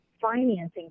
Financing